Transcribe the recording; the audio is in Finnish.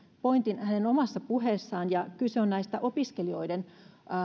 pointin omassa puheessaan ja kyse on näistä opiskelijoiden